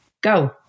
Go